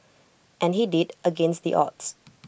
and he did against the odds